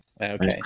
okay